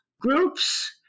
groups